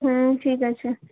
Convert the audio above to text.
হুম ঠিক আছে